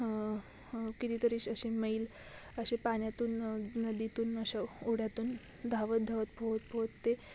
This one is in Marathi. कितीतरी असे मैल असे पान्यातून नदीतून अशा उड्यातून धावत धावत पोहत पोहत ते